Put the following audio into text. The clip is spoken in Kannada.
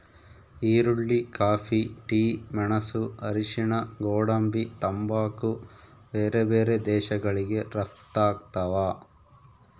ಈರುಳ್ಳಿ ಕಾಫಿ ಟಿ ಮೆಣಸು ಅರಿಶಿಣ ಗೋಡಂಬಿ ತಂಬಾಕು ಬೇರೆ ಬೇರೆ ದೇಶಗಳಿಗೆ ರಪ್ತಾಗ್ತಾವ